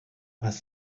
was